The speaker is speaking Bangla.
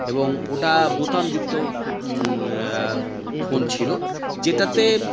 এবং ওটা বোতামযুক্ত ফো ফোন ছিল যেটাতে